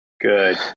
Good